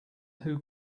who